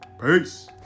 Peace